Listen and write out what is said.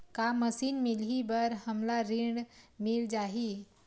का मशीन मिलही बर हमला ऋण मिल जाही?